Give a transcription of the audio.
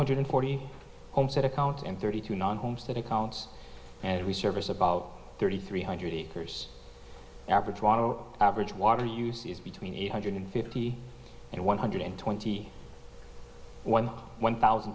hundred forty homestead account and thirty two non homestead accounts and we service about thirty three hundred acres average lot of average water use is between eight hundred fifty and one hundred twenty one one thousand